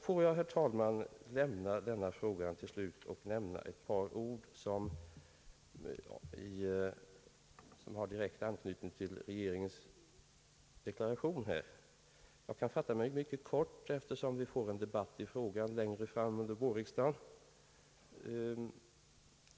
Får jag, herr talman, lämna denna fråga och till slut nämna ett par ord som har direkt anknytning till regeringens deklaration i dag. Jag kan fatta mig mycket kort eftersom vi får en debatt i frågan längre fram under vårriksdagen.